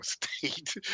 State